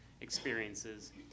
experiences